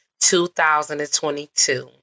2022